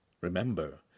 Remember